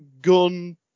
gun